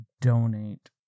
Donate